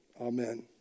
Amen